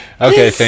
Okay